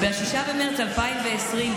ב-6 במרץ 2020,